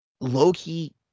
Loki